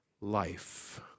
life